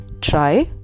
try